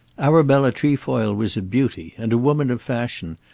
arabella trefoil was a beauty, and a woman of fashion,